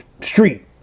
street